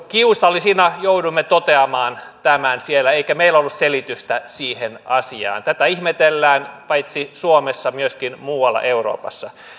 kiusallisina jouduimme toteamaan tämän siellä eikä meillä ollut selitystä siihen asiaan tätä ihmetellään paitsi suomessa myöskin muualla euroopassa